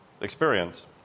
experience